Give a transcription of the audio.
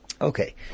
Okay